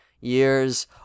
years